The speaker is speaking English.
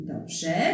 Dobrze